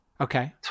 Okay